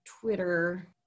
Twitter